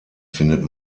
findet